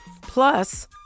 plus